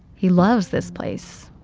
he loves this place.